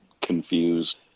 confused